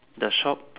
the shop